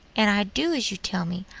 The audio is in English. and i do as you tell me.